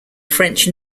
french